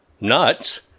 nuts